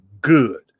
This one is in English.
good